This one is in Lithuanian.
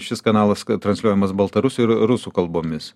šis kanalas transliuojamas baltarusių ir rusų kalbomis